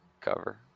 cover